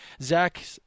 Zach